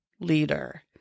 leader